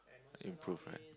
improved right